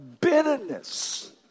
bitterness